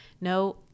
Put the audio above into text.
no